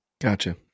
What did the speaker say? Gotcha